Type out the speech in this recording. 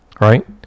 Right